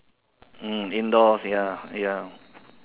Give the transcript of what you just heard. mm indoors ya ya